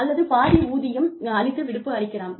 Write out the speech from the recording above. அல்லது பாதி ஊதியம் அளித்து விடுப்பு அளிக்கலாம்